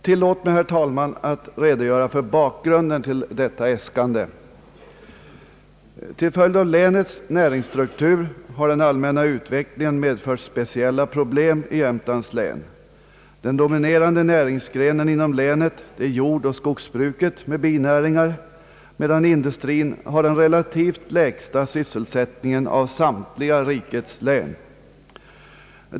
Tillåt mig, herr talman, att redogöra för bakgrunden till detta äskande. Till följd av länets näringsstruktur har den allmänna utvecklingen medfört speciella problem i Jämtlands län. Den dominerande näringsgrenen inom länet är jordoch skogsbruket med binäringar, medan industrin har den relativt sett lägsta sysselsättningen av samtliga rikets län.